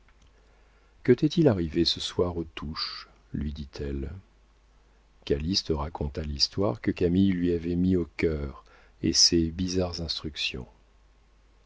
que t'est-il arrivé ce soir aux touches lui dit-elle calyste raconta l'espoir que camille lui avait mis au cœur et ses bizarres instructions